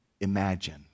Imagine